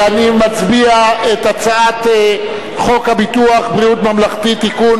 נצביע בקריאה טרומית על הצעת חוק ביטוח בריאות ממלכתי (תיקון